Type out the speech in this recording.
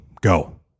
go